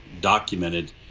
documented